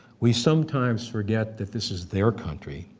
we sometimes forget that this is their country,